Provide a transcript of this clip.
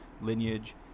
lineage